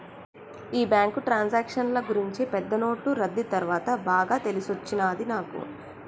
ఈ బ్యాంకు ట్రాన్సాక్షన్ల గూర్చి పెద్ద నోట్లు రద్దీ తర్వాత బాగా తెలిసొచ్చినది నాకు